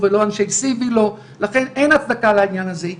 לא להגיד לה זה ציסטה לכי הביתה את בריאה וכמה חודשים